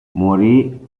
morì